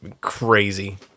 crazy